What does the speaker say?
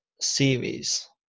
series